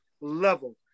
level